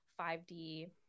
5d